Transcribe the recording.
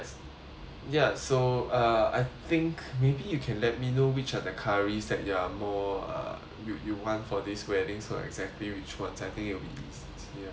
ya so uh I think maybe you can let me know which are the curry that you are more uh you you want for this weddings so exactly which [one] I think it will be easier